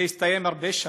היא הסתיימה לפני הרבה שנים,